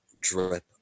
drip